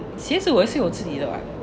鞋子我也是有我自己的 ba [what]